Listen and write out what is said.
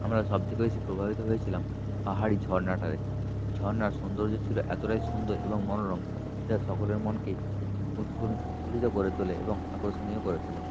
আমরা সব থেকে বেশি প্রভাবিত হয়েছিলাম পাহাড়ি ঝর্ণাটা দেখে ঝর্ণার সোন্দর্য ছিল এতটাই সুন্দর এবং মনোরম যা সকলের মনকেই উৎফুল্লিত করে তোলে এবং আকর্ষণীয় করে তোলে